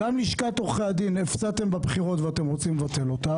גם לשכת עורכי הדין הפסדתם בבחירות ואתם רוצים לבטל אותה.